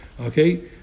okay